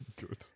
Good